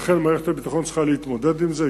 לכן מערכת הביטחון צריכה להתמודד עם זה,